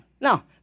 Now